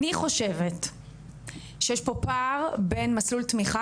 אני חושבת שיש פה פער בין מסלול תמיכה,